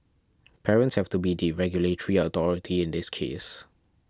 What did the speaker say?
parents have to be the 'regulatory authority' in this case